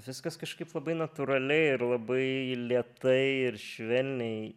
viskas kažkaip labai natūraliai ir labai lėtai ir švelniai